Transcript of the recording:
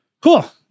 Cool